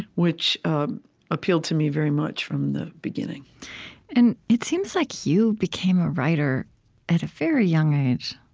which appealed to me very much, from the beginning and it seems like you became a writer at a very young age,